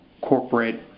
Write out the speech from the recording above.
corporate